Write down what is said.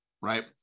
right